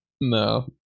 No